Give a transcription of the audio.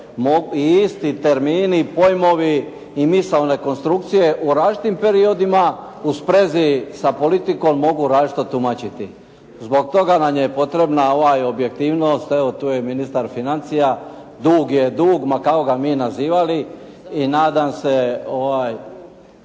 i isti termini i pojmovi i misaone konstrukcije u različitim periodima u sprezi sa politikom mogu različito tumačiti. Zbog toga nam je potrebna objektivnost, evo tu je ministar financija, dug je dug ma kako ga mi nazivali i nadam se